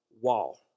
wall